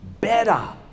better